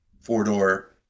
four-door